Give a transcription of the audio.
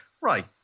right